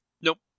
Nope